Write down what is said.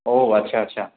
ଓ ଆଚ୍ଛା ଆଚ୍ଛା